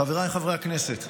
חבריי חברי הכנסת,